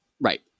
Right